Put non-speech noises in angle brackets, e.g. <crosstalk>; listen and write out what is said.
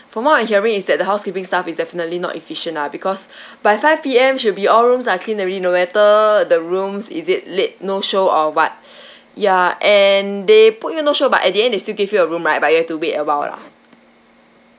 from what I'm hearing is that the housekeeping staff is definitely not efficient lah because <breath> by five P_M should be all rooms are cleaned already no matter the rooms is it late no show or [what] <breath> ya and they put you no show but at the end they still give you a room right but you have to wait awhile lah